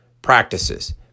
Practices